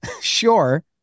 sure